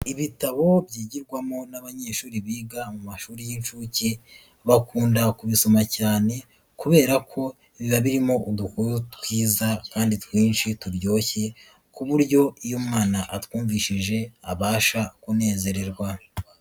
Ibitabo byigirwamo n'abanyeshuri biga mu mashuri y'inshuke, bakunda kubisoma cyane kubera ko biba birimo udukuru twiza kandi twinshi turyoshye ku buryo iyo umwana atwumvishije abasha kunezererwa.